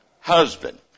husband